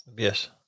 Yes